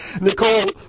Nicole